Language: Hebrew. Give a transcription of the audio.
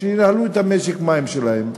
שינהלו את משק המים שלהן?